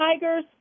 Tigers